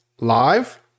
live